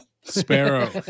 Sparrow